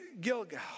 Gilgal